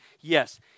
yes